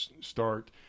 start